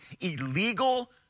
illegal